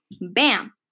Bam